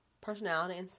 Personality